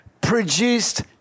produced